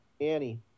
Annie